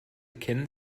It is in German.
ken